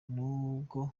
nubwo